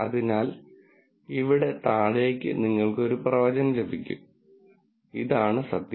അതിനാൽ ഇവിടെ താഴേക്ക് നിങ്ങൾക്ക് ഒരു പ്രവചനം ലഭിക്കും ഇതാണ് സത്യം